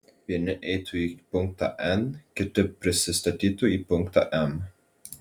vieni eitų į punktą n kiti prisistatytų į punktą m